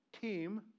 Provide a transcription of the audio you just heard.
team